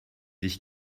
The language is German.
dich